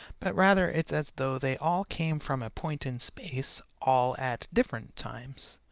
but rather it's as though they all came from a point in space, all at different times.